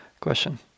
question